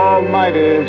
Almighty